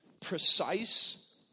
precise